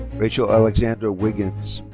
rachael alexandra wiggins.